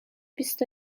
بیست